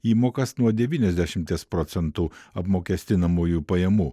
įmokas nuo devyniasdešimties procentų apmokestinamųjų pajamų